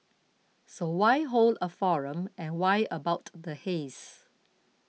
so why hold a forum and why about the haze